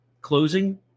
Closing